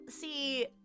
see